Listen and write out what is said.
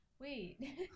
Wait